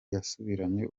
yasubiranye